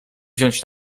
wziąć